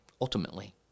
ultimately